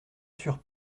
sûr